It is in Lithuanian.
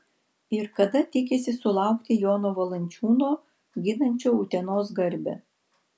ir kada tikisi sulaukti jono valančiūno ginančio utenos garbę